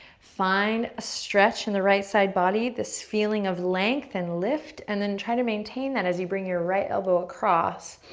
find a stretch in the right side body, this feeling of length and lift, and then try to maintain that as you bring your right elbow across,